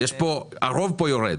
הרוב פה יורד